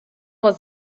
was